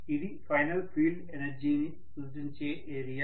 ఇది final field ఎనర్జీని సూచించే ఏరియా